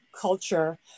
culture